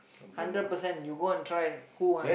hundred percent you go and try who want